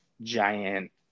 giant